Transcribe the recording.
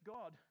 God